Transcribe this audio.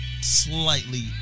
slightly